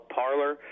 parlor